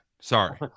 sorry